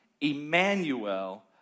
Emmanuel